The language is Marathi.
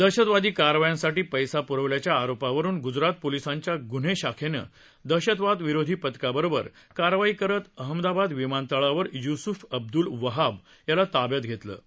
दहशतवादी कारवायांसाठी पैसा प्रवल्याच्या आरोपावरून गुजरात पोलिसांच्या गुन्हे शाखेनं दहशतवाद विरोधी पथकाबरोबर कारवाई करत अहमदाबाद विमानतळावर युस्फ अब्दुल वहाब याला ताब्यात घेतलं आहे